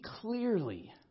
clearly